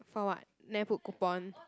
for what never put coupon